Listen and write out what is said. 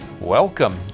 Welcome